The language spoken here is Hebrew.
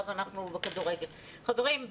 חברים,